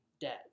dead